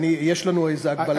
יש לנו איזו הגבלת זמן פה?